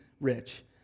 rich